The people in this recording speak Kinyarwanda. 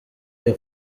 iyo